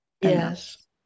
Yes